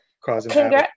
causing